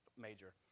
major